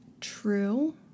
True